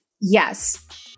Yes